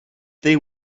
they